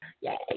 Yay